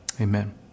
Amen